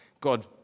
God